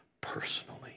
personally